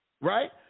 Right